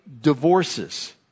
divorces